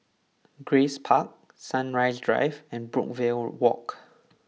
Grace Park Sunrise Drive and Brookvale Walk